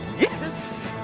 yes!